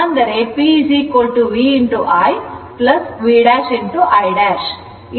ಅಂದರೆ P V I V ' I'